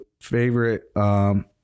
favorite